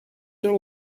their